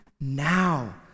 now